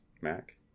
Mac